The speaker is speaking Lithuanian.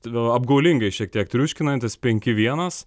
apgaulingai šiek tiek triuškinantis penki vienas